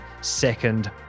second